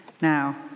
Now